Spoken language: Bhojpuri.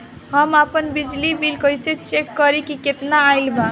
हम आपन बिजली बिल कइसे चेक करि की केतना आइल बा?